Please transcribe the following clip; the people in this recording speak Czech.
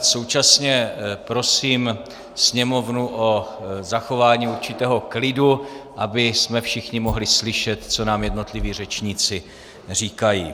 Současně prosím Sněmovnu o zachování určitého klidu, abychom všichni mohli slyšet, co nám jednotliví řečníci říkají.